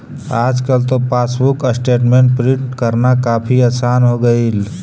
आजकल तो passbook statement print करना काफी आसान हो गईल